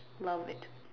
love it